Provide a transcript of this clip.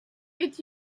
est